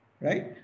right